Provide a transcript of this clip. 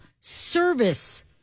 service